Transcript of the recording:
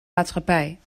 maatschappij